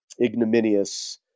ignominious